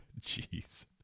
Jeez